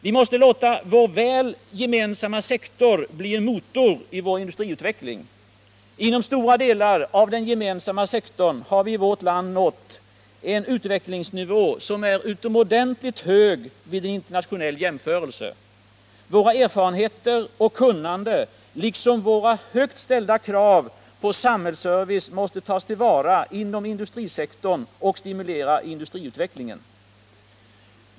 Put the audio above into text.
Vi måste låta vår väl utvecklade gemensamma sektor bli en motor i vår industriutveckling. Inom stora delar av den gemensamma sektorn har vi i vårt land nått en utvecklingsnivå som är utomordentligt hög vid en internationell jämförelse. Våra erfarenheter och vårt kunnande liksom våra högt ställda krav på samhällsservice måste tas till vara inom industrisektorn och stimulera industriutvecklingen.